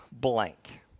blank